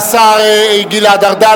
השר גלעד ארדן,